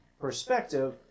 perspective